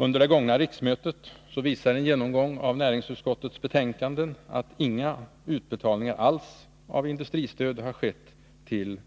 Under det gångna riksmötet har, som framgår vid en genomgång av näringsutskottets betänkanden, inga utbetalningar av industristöd skett till